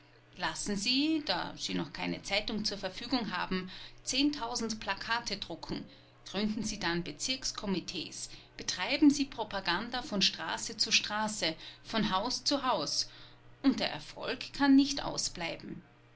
lassen sie da sie noch keine zeitung zur verfügung haben zehntausend plakate drucken gründen sie dann bezirkskomitees betreiben sie propaganda von straße zu straße von haus zu haus und der erfolg kann nicht ausbleiben